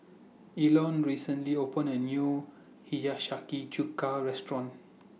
Ilona recently opened A New Hiyashi Chuka Restaurant